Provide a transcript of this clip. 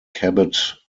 cabot